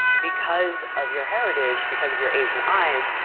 because of your heritage, because of your asian eyes,